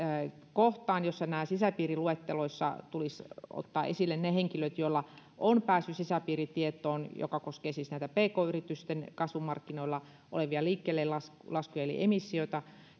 sisäpiiriluetteloissa tulisi ottaa esille ne henkilöt joilla on pääsy sisäpiiritietoon joka koskee siis näitä pk yritysten kasvumarkkinoilla olevia liikkeellelaskuja eli emissioita